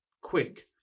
quick